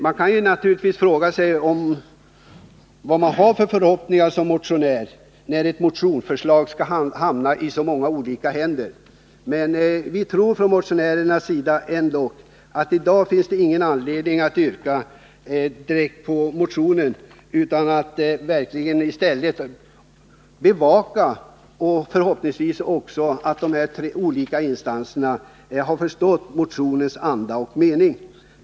Man kan naturligtvis fråga sig vilka förhoppningar man som motionär kan ha när ens motionsförslag skall hamna i så många olika händer. Men vi motionärer tror ändå att det i dag inte finns någon anledning att yrka direkt bifall till motionen, utan att det är bättre att i stället verkligen bevaka ärendet och förhoppningsvis också förvissa sig om att de olika instanserna har förstått motionens anda och mening.